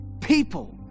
people